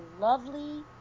lovely